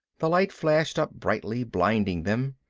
the light flashed up brightly, blinding them.